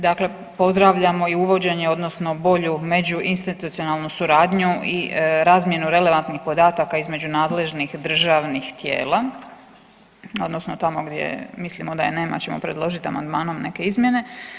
Dakle, pozdravljamo i uvođenje odnosno bolju međuinstitucionalnu suradnju i razmjenu relevantnih podataka između nadležnih državnih tijela, odnosno tamo gdje mislimo da je nema ćemo predložiti amandmanom neke izmjene.